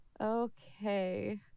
Okay